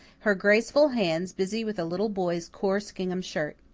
her graceful hands busy with a little boy's coarse gingham shirt.